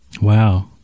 Wow